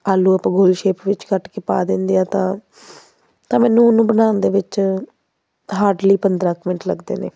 ਆਲੂ ਆਪਾਂ ਗੋਲ ਸ਼ੇਪ ਵਿੱਚ ਕੱਟ ਕੇ ਪਾ ਦਿੰਦੇ ਹਾਂ ਤਾਂ ਤਾਂ ਮੈਨੂੰ ਉਹਨੂੰ ਬਣਾਉਣ ਦੇ ਵਿੱਚ ਹਾਡਲੀ ਪੰਦਰਾਂ ਕੁ ਮਿੰਟ ਲੱਗਦੇ ਨੇ